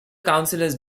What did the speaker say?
counselors